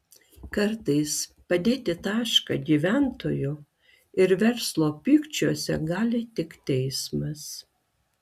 kartais padėti tašką gyventojų ir verslo pykčiuose gali tik teismas